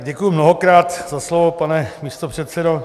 Děkuji mnohokrát za slovo, pane místopředsedo.